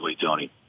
Tony